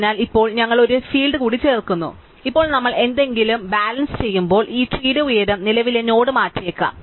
അതിനാൽ ഇപ്പോൾ ഞങ്ങൾ ഒരു ഫീൽഡ് കൂടി ചേർക്കുന്നു അതിനാൽ ഇപ്പോൾ നമ്മൾ എന്തെങ്കിലും ബാലൻസ് ചെയ്യുമ്പോൾ ഈ ട്രീടെ ഉയരം നിലവിലെ നോഡ് മാറ്റിയേക്കാം